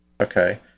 okay